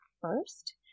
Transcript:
first